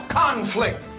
conflict